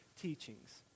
teachings